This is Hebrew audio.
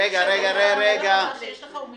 הסך הכולל שיש לך הוא מיליון.